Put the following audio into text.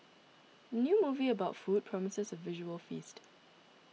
new movie about food promises a visual feast